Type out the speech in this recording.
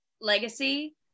legacy